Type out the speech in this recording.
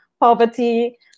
poverty